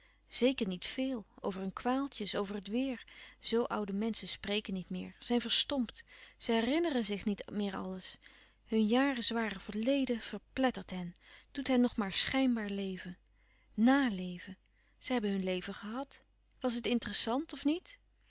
zeker niet veel over hun kwaaltjes over het weêr zoo oude menschen spreken niet meer zijn verstompt ze herinneren zich niet meer alles hun jarenzware verleden verplettert hen doet hen nog louis couperus van oude menschen de dingen die voorbij gaan maar schijnbaar leven nàleven ze hebben hun leven gehad was het interessant of niet